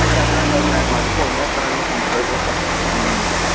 ఆ సరేలే అండి సరేలే అండి మళ్లీ ఫోన్ చేస్తాను అండి మంచి రోజు